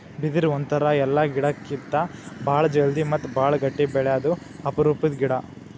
ಬಿದಿರ್ ಒಂಥರಾ ಎಲ್ಲಾ ಗಿಡಕ್ಕಿತ್ತಾ ಭಾಳ್ ಜಲ್ದಿ ಮತ್ತ್ ಭಾಳ್ ಗಟ್ಟಿ ಬೆಳ್ಯಾದು ಅಪರೂಪದ್ ಗಿಡಾ